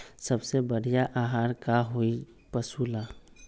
सबसे बढ़िया आहार का होई पशु ला?